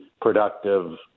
productive